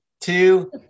two